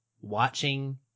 watching